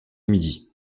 midi